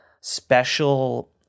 special